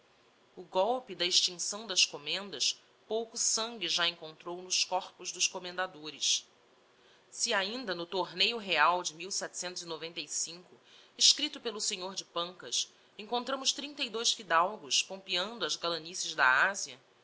o golpe da extincção das commendas pouco sangue já encontrou nos corpos dos commendadores se ainda no torneio real de escripto pelo senhor de pancas encontramos trinta e dous fidalgos pompeando as galanices da asia